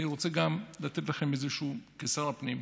אני רוצה גם לתת לכם משהו, כשר הפנים.